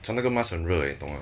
穿那个 mask 很热 eh 你懂吗